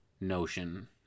notion